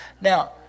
Now